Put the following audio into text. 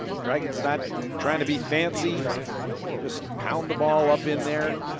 dragons not trying to be fancy just pound the ball up in there.